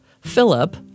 Philip